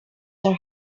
than